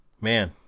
man